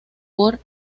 por